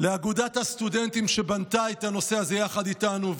לאגודת הסטודנטים, שבנתה את הנושא הזה יחד איתנו,